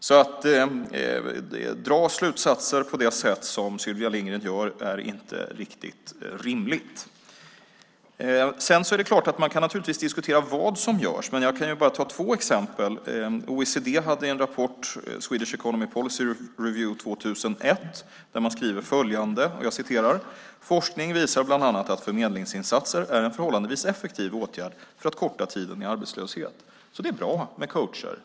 Så att dra slutsatser på det sätt som Sylvia Lindgren gör är inte riktigt rimligt. Man kan naturligtvis diskutera vad som görs, och jag kan ta två exempel. OECD hade en rapport 2001, Swedish Economy Policy Review , där man skrev att forskning bland annat visar att förmedlingsinsatser är en förhållandevis effektiv åtgärd för att korta tiden i arbetslöshet. Så det är bra med coacher.